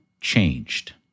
changed